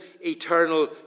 eternal